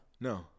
No